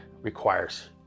requires